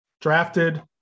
drafted